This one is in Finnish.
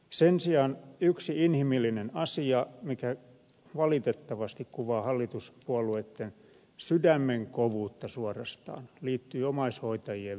sen sijaan yksi inhimillinen asia mikä valitettavasti kuvaa hallituspuolueitten sydämen kovuutta suorastaan liittyy omaishoitajien verotukseen